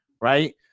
right